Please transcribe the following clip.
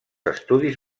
estudis